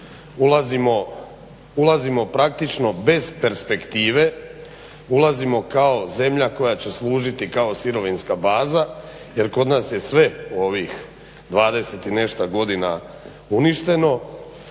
ulazimo praktično bez perspektive, ulazimo kao zemlja koja će služiti kao sirovinska baza jer kod nas je sve u ovih 20 i nešto godina uništeno.